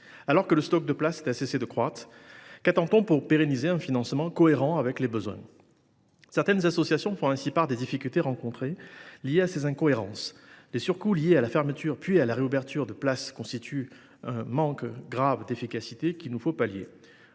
Alors que le stock de places n’a cessé de croître, qu’attend on pour pérenniser un financement cohérent avec les besoins ? Certaines associations font ainsi part des difficultés liées à ces incohérences. Les surcoûts liés à la fermeture puis à la réouverture de places s’accompagnent d’un manque grave d’efficacité qu’il nous faut pallier.